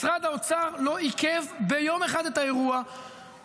משרד האוצר לא עיכב את האירוע ביום אחד.